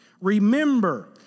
remember